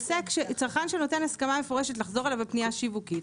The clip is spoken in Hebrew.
צרכן שנותן הסכמה מפורשת לחזור אליו בפנייה שיווקית,